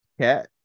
Cat